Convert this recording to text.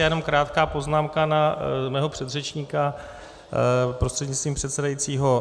Jenom krátká poznámka na mého předřečníka prostřednictvím pana předsedajícího.